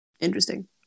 interesting